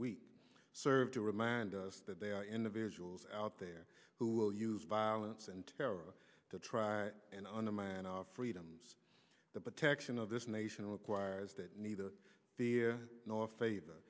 week serve to remind us that they are individuals out there who will use violence and terror to try and undermine our freedoms the protection of this nation requires that neither the nor favor